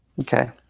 Okay